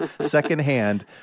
secondhand